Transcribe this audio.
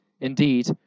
Indeed